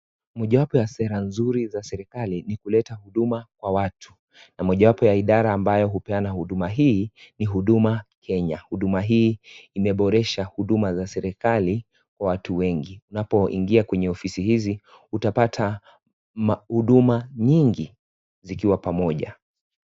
Moja wapo ya sera nzuri za serikali ni kuleta huduma kwa watu na mojawapo ya idara ambayo hupeana huduma hii ni huduma Kenya, huduma hii imeboresha huduma za serikali kwa watu wengi, unapoingia kwenye ofisi hizi utapata huduma nyingi zikiwa pamoja.